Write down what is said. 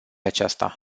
aceasta